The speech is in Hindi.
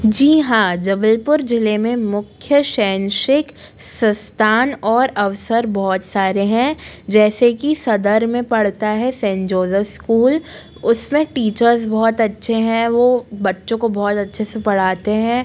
जी हाँ जबलपुर ज़िले में मुख्य शैक्षणिक संस्थान और अवसर बहुत सारे हैं जैसे कि सदर में पड़ता है सेन जोज़फ स्कूल उसमें टीचर्स बहुत अच्छे हैं वह बच्चों को बहुत अच्छे से पढ़ाते हैं